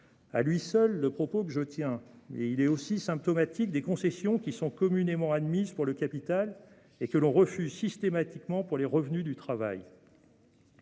à lui seul mon propos, madame la ministre, mais il est aussi symptomatique des concessions qui sont communément admises pour le capital et que l'on refuse systématiquement aux revenus du travail.